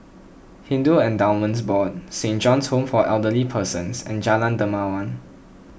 Hindu Endowments Board Saint John's Home for Elderly Persons and Jalan Dermawan